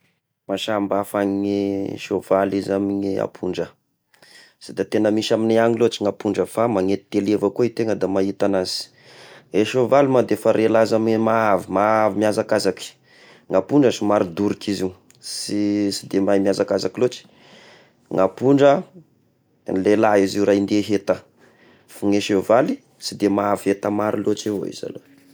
Mba samby hafa ny soavaly izy amy ny ampondra, sy da tegna misy amignay agny loatry ny ampondra fa magnety tele avao koa i tegna da mahita agnazy, i soavaly mo da efa rehy laza amy maha-maha avy mihazakazaky, ny ampondra somary doriky izy io, sy sy de mahay mihazakazaky loatry, ny ampondra lehilahy izy io raha indehy enta, fa ny sevaly sy de mahavy enta maro loatra eo izy aloha.